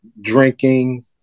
drinking